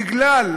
בגלל,